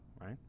right